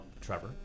Trevor